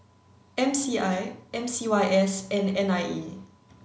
M C I M C Y S and N I E